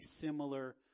similar